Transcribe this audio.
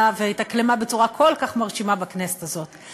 והתאקלמה בצורה כל כך מרשימה בכנסת הזאת.